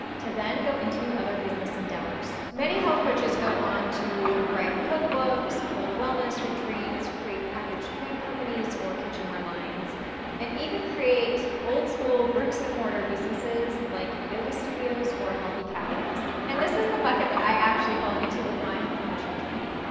to then go into other business endeavors. many health coaches go on to write cook books. hold wellness retreats, create packaged food companies or kitchenware lines and even create old school bricks and water businesses like yoga studios or healthy cafes. and this is the bucket that i actually fall into with my health coaching journey.